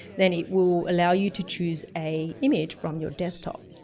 then it will allow you to choose a image from your desktop.